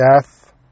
death